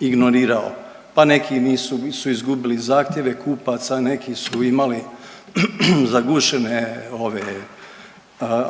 ignorirao, pa neki su izgubili zahtjeve kupaca, neki su imali zagušene